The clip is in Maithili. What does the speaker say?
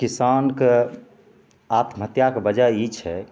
किसानके आत्महत्याके वजह ई छै